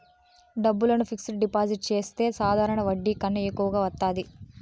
డబ్బులను fixed deposit చేస్తే సాధారణ వడ్డీ కన్నా ఎక్కువ వత్తాది